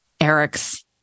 Eric's